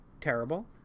terrible